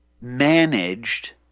managed